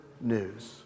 news